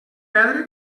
perdre